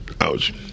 Ouch